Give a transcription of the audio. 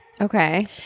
Okay